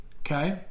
Okay